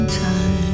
time